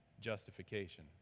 justification